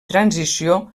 transició